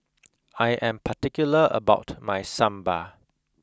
I am particular about my Sambar